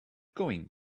going